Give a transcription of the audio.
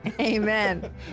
amen